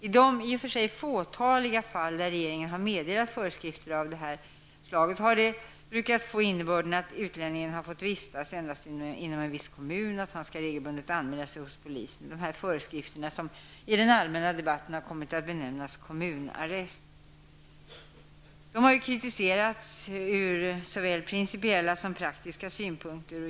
I de i och för sig fåtaliga fall där regeringen har meddelat föreskrifter av det här slaget har det oftast fått innebörden att utlänningen har fått vistas endast inom viss kommun och att han regelbundet skall anmäla sig hos polisen. Dessa föreskrifter har i den allmänna debatten kommit att benämnas kommunarrest. De har kritiserats ur såväl principiella som praktiska synpunkter.